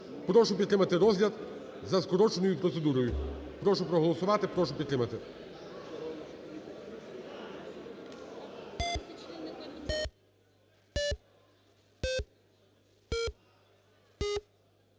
Прошу підтримати розгляд за скороченою процедурою. Прошу проголосувати, прошу підтримати.